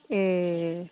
ए